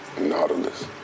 Nautilus